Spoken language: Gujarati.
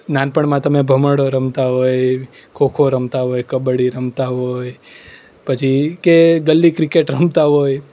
નાનપણમાં તમે ભમરડો રમતા હોય ખો ખો રમતા હોય કબડ્ડી રમતા હોય પછી કે ગલ્લી ક્રિકેટ રમતા હોય